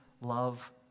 love